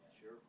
Sure